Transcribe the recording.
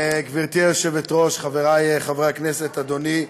גברתי היושבת-ראש, חברי חברי הכנסת, אדוני,